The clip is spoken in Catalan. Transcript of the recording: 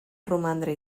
romandre